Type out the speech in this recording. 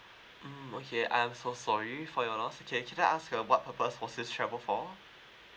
mm okay I'm so sorry for your loss okay can I ask uh what purpose was this travel for